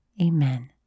Amen